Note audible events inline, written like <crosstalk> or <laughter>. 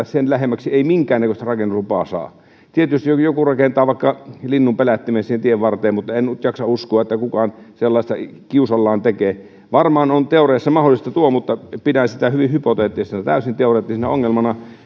<unintelligible> sen lähemmäksi minkäännäköistä rakennuslupaa saa tietysti joku voi rakentaa vaikka linnunpelättimen siihen tienvarteen mutta en nyt jaksa uskoa että kukaan sellaista kiusallaan tekee varmaan on teoriassa mahdollista tuo mutta pidän sitä hyvin hypoteettisena täysin teoreettisena ongelmana